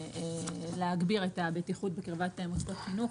להגביר את הבטיחות בקרבת מוסדות חינוך,